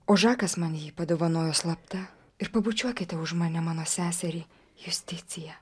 o žakas man jį padovanojo slapta ir pabučiuokite už mane mano seserį justiciją